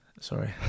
Sorry